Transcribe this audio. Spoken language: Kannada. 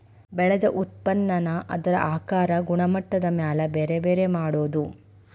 ಬೆಳದ ಉತ್ಪನ್ನಾನ ಅದರ ಆಕಾರಾ ಗುಣಮಟ್ಟದ ಮ್ಯಾಲ ಬ್ಯಾರೆ ಬ್ಯಾರೆ ಮಾಡುದು